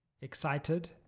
excited